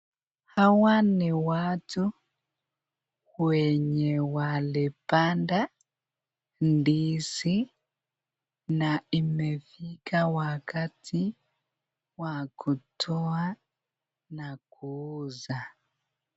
Hawa ni watu wenye walipanda ndizi na imefika wakati wa kutoa na kuuza.